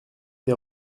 des